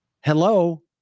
Hello